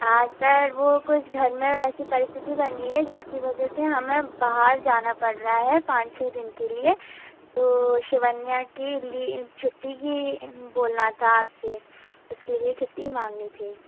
हाँ सर वो कुछ घर में ऐसी परिस्थिति बनी है जिसकी वजह से हमें बाहर जाना पड़ रहा है पाँच छः दिन के लिए तो शिवन्या की लीव छुट्टी का बोलना था आप से उसके लिए छुट्टी माँगनी थी